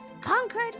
Conquered